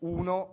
uno